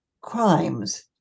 crimes